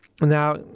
Now